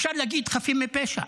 אפשר להגיד: חפים מפשע,